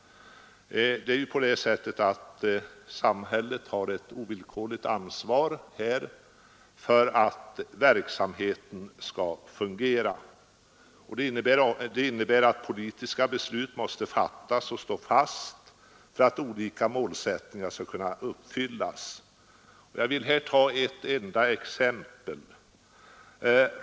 Samhället har ju ett ovillkorligt ansvar för att verksamheten skall fungera. Det innebär att politiska beslut måste fattas och stå fast för att olika målsättningar skall kunna uppfyllas. Jag inskränker mig som sagt till ett enda exempel.